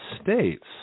states